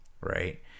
right